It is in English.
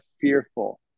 fearful